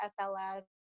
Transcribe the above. SLS